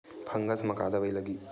Fungus म का दवाई लगी?